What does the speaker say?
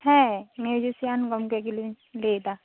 ᱦᱮᱸ ᱢᱤᱭᱩᱡᱤᱥᱤᱭᱟᱱ ᱜᱚᱝᱠᱮ ᱜᱮᱞᱤᱧ ᱞᱟᱹᱭ ᱮᱫᱟ